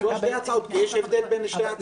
הם עשו שתי הצעות, כי יש הבדל בין שתי ההצעות.